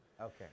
Okay